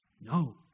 No